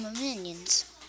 minions